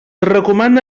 recomana